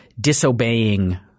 disobeying